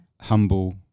humble